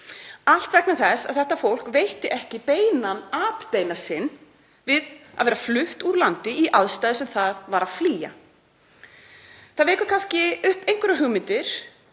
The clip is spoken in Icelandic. allt vegna þess að þetta fólk veitti ekki beinan atbeina sinn við að vera flutt úr landi í aðstæður sem það var að flýja. Það vekur kannski upp einhverjar hugmyndir